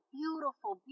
beautiful